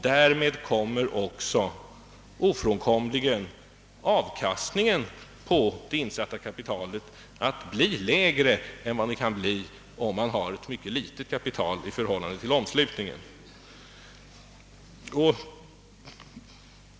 Därmed kommer också ofrånkomligen avkastningen på det insatta kapitalet att bli lägre än vad den kan bli om man har ett mycket litet kapital i förhållande till omslutningen.